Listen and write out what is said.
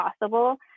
possible